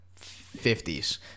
50s